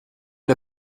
der